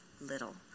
little